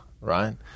right